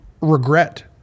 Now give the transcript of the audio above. regret